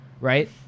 right